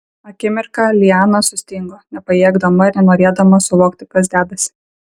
akimirką liana sustingo nepajėgdama ir nenorėdama suvokti kas dedasi